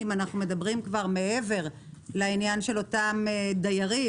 אם אנחנו מדברים כבר מעבר לעניין של אותם דיירים,